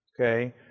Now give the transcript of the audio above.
Okay